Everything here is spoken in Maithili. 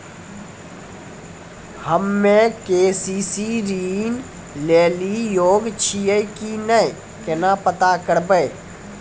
हम्मे के.सी.सी ऋण लेली योग्य छियै की नैय केना पता करबै?